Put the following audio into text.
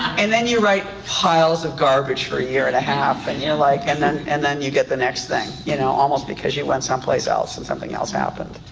and then you write piles of garbage for a year and a half and you're yeah like, and then and then you get the next thing, you know, almost because you went some place else, and something else happened,